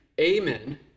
amen